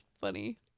funny